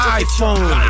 iPhone